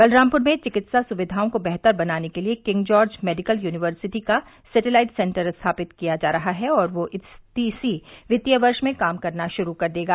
बलरामपुर में विकित्सा सुविधाओं को बेहतर बनाने के लिये किंग जॉर्ज मेडिकल यूनिवर्सिटी का सेटेलाइट सेन्टर स्थापित किया जा रहा है और वह इसी वित्तीय वर्ष में काम करना शुरू कर देगा